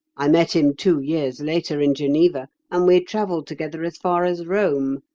i met him two years later in geneva, and we travelled together as far as rome.